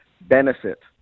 benefit